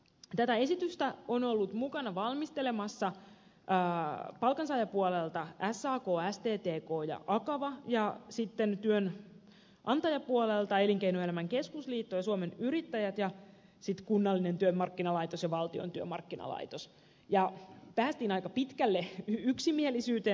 tätä esitystä on ollut mukana valmistelemassa palkansaajapuolelta sak sttk ja akava työnantajapuolelta elinkeinoelämän keskusliitto ja suomen yrittäjät ja sitten kunnallinen työmarkkinalaitos ja valtion työmarkkinalaitos ja päästiin aika pitkälle yksimielisyyteen